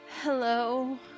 hello